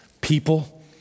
people